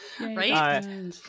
right